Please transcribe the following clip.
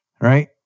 right